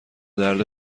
درد